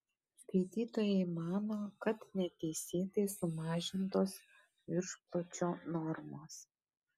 skaitytojai mano kad neteisėtai sumažintos viršpločio normos